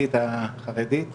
החברתית החרדית והדתית,